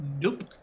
Nope